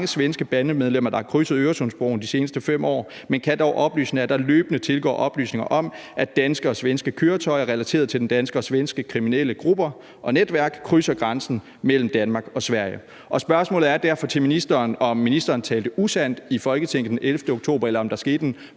mange svenske bandemedlemmer der har krydset Øresundsbroen de sidste fem år. NSK kan dog oplyse, at der løbende tilgår oplysninger om, at danske og svenske køretøjer relateret til danske og svenske kriminelle grupper og netværk krydser grænsen mellem Danmark og Sverige.« Spørgsmålet er derfor til ministeren, om ministeren talte usandt i Folketinget den 11. oktober, eller om der skete en